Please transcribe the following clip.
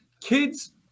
kids